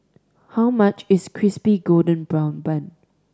how much is Crispy Golden Brown Bun